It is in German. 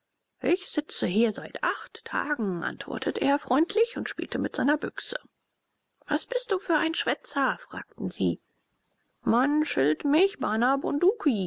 ich sitze hier seit acht tagen antwortete er freundlich und spielte mit seiner büchse was bist du für ein schwätzer fragten sie man schilt mich bana bunduki